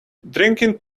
drinking